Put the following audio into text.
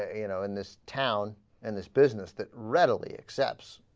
ah you know in this town and this business that read only accepts